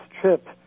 trip